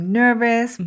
nervous